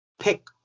pick